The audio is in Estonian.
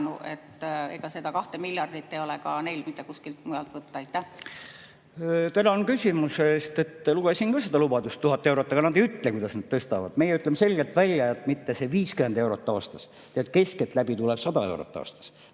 Ega seda 2 miljardit ei ole ka neil mitte kuskilt mujalt võtta. Tänan küsimuse eest! Lugesin ka seda lubadust, 1000 eurot, aga nad ei ütle, kuidas nad tõstavad. Meie ütleme selgelt välja, et mitte see 50 eurot aastas ja et keskeltläbi tuleb 100 eurot aastas.